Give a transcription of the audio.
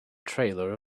trailer